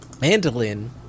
mandolin